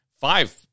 five